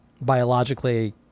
biologically